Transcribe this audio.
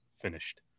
finished